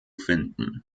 finden